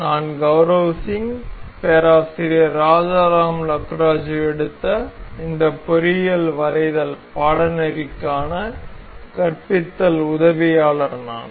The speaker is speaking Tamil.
நான் கௌரவ் சிங் பேராசிரியர் ராஜராம் லக்கராஜு எடுத்த இந்த பொறியியல் வரைதல் பாடநெறிக்கான கற்பித்தல் உதவியாளர் நான்